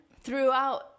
throughout